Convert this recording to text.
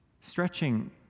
Stretching